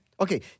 Okay